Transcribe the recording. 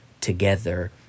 together